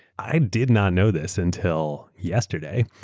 i did not know this until yesterday.